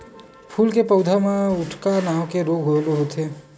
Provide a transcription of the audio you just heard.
फूल के पउधा म उकठा नांव के रोग घलो होथे